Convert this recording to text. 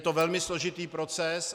Je to velmi složitý proces.